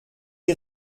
m’y